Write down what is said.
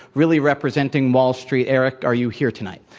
really representing wall street. eric, are you here tonight?